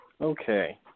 Okay